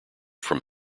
from